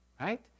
right